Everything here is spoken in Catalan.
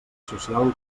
social